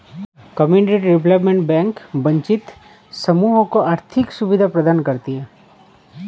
community development bank वंचित समूह को आर्थिक सुविधा प्रदान करती है